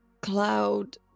cloud